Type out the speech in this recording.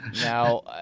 Now